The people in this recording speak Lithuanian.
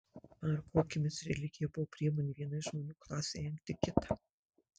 markso akimis religija buvo priemonė vienai žmonių klasei engti kitą